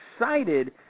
excited